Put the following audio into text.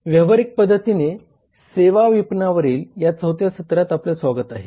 व्यावहारिक पद्धतीने सेवा विपणनावरील या चौथ्या सत्रात आपले स्वागत आहे